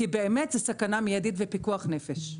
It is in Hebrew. כי באמת זו סכנה מידית ופיקוח נפש.